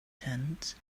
tent